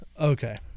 Okay